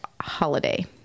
holiday